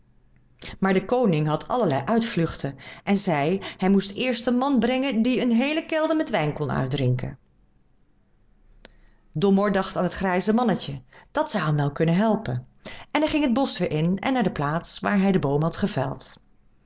maar de koning had allerlei uitvluchten en zei hij moest eerst een man brengen die een heele kelder met wijn kon uitdrinken domoor dacht aan het grijze mannetje dat zou hem wel kunnen helpen en hij ging het bosch weêr in en naar de plaats waar hij den boom had geveld